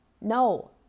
No